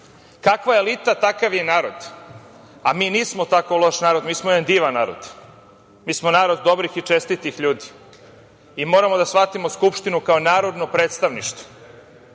kakva elita takav i narod, a mi nismo tako loš narod, mi smo jedan divan narod. Mi smo narod dobrih i čestitih ljudi. Moramo da shvatimo Skupštinu kao narodno predstavništvo. Znate,